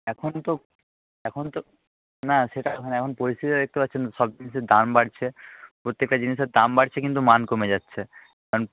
এখন তো এখন তো না সেটা এখন পরিস্থিতিটা দেখতে পারছেন তো সব কিছুতে দাম বাড়ছে প্রত্যেকটা জিনিসের দাম বাড়ছে কিন্তু মান কমে যাচ্ছে কারণ